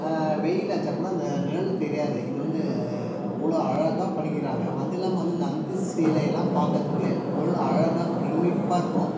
வெயில் அடிச்சாக் கூட அந்த நிழல் தெரியாது இது வந்து அவ்வளோ அழகாக பண்ணிக்கிறாங்கள் அது இல்லாமல் வந்து நந்தி சிலையெலாம் பார்க்கறத்துக்கு அவ்வளோ அழகாக பிரமிப்பாக இருக்கும்